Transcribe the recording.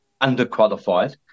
underqualified